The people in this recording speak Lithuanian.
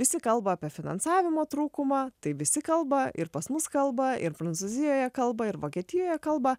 visi kalba apie finansavimo trūkumą tai visi kalba ir pas mus kalba ir prancūzijoje kalba ir vokietijoje kalba